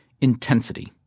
intensity